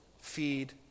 feed